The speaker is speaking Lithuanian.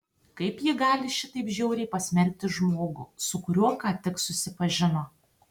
kaip ji gali šitaip žiauriai pasmerkti žmogų su kuriuo ką tik susipažino